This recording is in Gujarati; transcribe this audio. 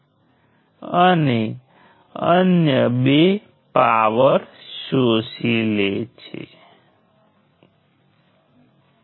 હવે આપણે શું કરીશું આપણે સર્કિટ વિશ્લેષણની બનવું પડશે